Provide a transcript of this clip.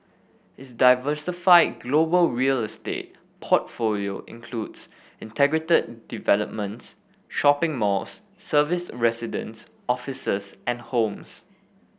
its diversified global real estate portfolio includes integrated developments shopping malls serviced residences offices and homes